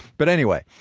but anyway,